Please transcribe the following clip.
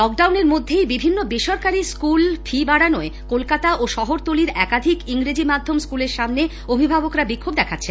লকডাউনের মধ্যেই বিভিন্ন বেসরকারি স্কুলে ফি বাড়ানোয় একাধিক ইংরেজি মাধ্যম স্কুলের সামনে অভিভাবকরা বিক্ষোভ দেখাচ্ছেন